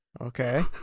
okay